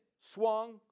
swung